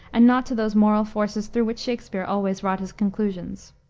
and not to those moral forces through which shakspere always wrought his conclusions.